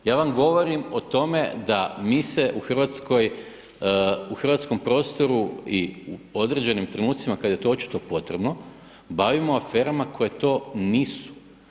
Ja vam govorim o tome da mi se u RH, u hrvatskom prostoru i u određenim trenucima, kad je to očito potrebno, bavimo aferama koje to nisu.